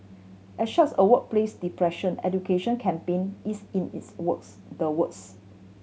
as such a workplace depression education campaign is in is works the works